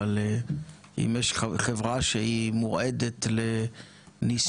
אבם יש חברה שהיא מועדת לניסיונות הקטנת החלק שלה.